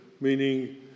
meaning